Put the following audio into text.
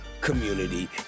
community